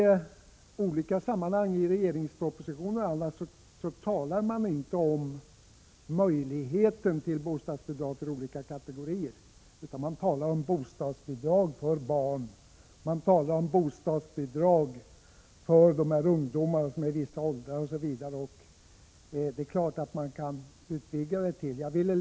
I olika sammanhang i regeringspropositioner och annat talar man inte om möjligheten till bostadsbidrag för olika kategorier, utan man talar om bostadsbidrag för barn, bostadsbidrag för Prot. 1986/87:104 ungdomar i vissa åldrar osv., och det är klart att man kan utvidga begreppet — 8 april 1987 att gälla så.